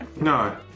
no